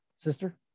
Sister